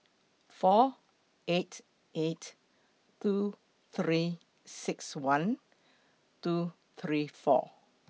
four eight eight two three six one two three four